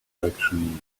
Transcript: direction